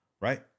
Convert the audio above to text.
Right